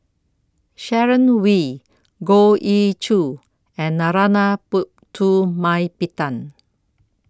Sharon Wee Goh Ee Choo and Narana Putumaippittan